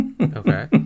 Okay